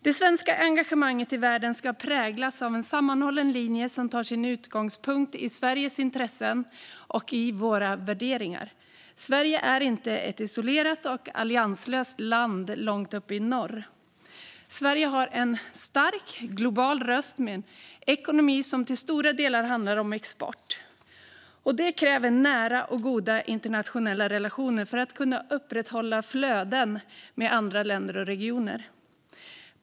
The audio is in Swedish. Det svenska engagemanget i världen ska präglas av en sammanhållen linje som tar sin utgångspunkt i Sveriges intressen och i våra värderingar. Sverige är inte ett isolerat och allianslöst land långt uppe i norr. Sverige har en stark global röst med en ekonomi som till stora delar handlar om export. Det kräver nära och goda internationella relationer för att kunna upprätthålla flöden med andra länder och regioner.